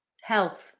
health